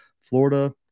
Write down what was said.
Florida